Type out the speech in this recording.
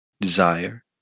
desire